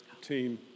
team